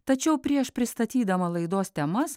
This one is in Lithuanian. tačiau prieš pristatydama laidos temas